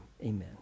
amen